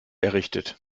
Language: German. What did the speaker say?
errichtet